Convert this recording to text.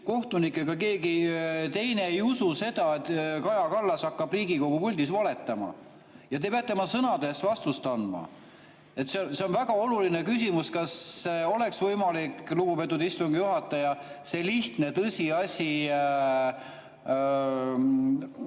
kohtunik ega keegi teine ei usu seda, et Kaja Kallas hakkab Riigikogu puldis valetama. Te peate oma sõnade eest vastust andma. See on väga oluline küsimus. Kas oleks võimalik, lugupeetud istungi juhataja, seda lihtsat tõsiasja